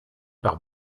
par